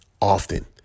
often